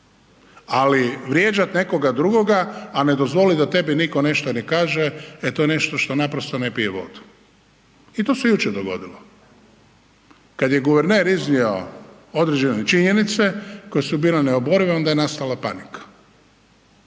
ali vrijeđat nekoga drugoga a ne dozvolit da tebi niko ništa ne kaže, e to je nešto što naprosto ne pije vodu. I to se jučer dogodilo. Kad je guverner iznio određene činjenice koje su bile neoborive, onda je nastala panika.